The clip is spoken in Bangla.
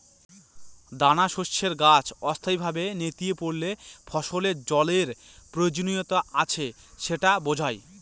দানাশস্যের গাছ অস্থায়ীভাবে নেতিয়ে পড়লে ফসলের জলের প্রয়োজনীয়তা আছে সেটা বোঝায়